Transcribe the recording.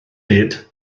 nid